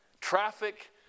Traffic